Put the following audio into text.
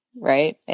right